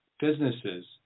businesses